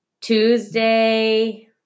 Tuesday